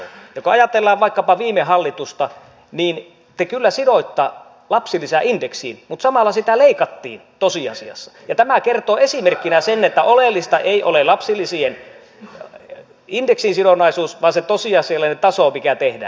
kun ajatellaan vaikkapa viime hallitusta niin te kyllä sidoitte lapsilisän indeksiin mutta samalla sitä leikattiin tosiasiassa ja tämä kertoo esimerkkinä sen että oleellista ei ole lapsilisien indeksisidonnaisuus vaan se tosiasiallinen taso mikä tehdään